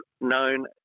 known